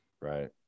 right